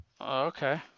Okay